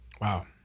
Wow